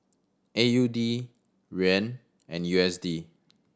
A U D Yuan and U S D